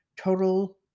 total